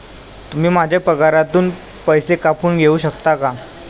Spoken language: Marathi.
तुम्ही माझ्या पगारातून पैसे कापून घेऊ शकता का?